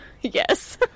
yes